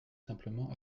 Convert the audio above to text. simplement